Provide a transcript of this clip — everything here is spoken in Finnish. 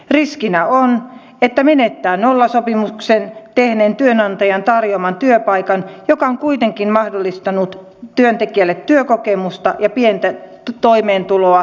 riskinä on että menettää nollasopimuksen tehneen työnantajan tarjoaman työpaikan joka on kuitenkin mahdollistanut työntekijälle työkokemusta ja pientä toimeentuloa